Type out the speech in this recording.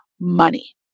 money